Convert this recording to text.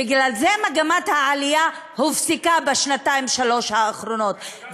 בגלל זה מגמת העלייה הופסקה בשנתיים-שלוש האחרונות,